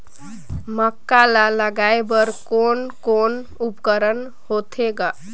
मक्का ला लगाय बर कोने कोने उपकरण होथे ग?